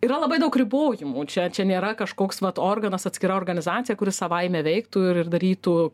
yra labai daug ribojimų čia čia nėra kažkoks vat organas atskira organizacija kuri savaime veiktų ir darytų